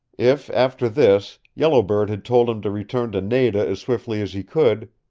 if, after this, yellow bird had told him to return to nada as swiftly as he could,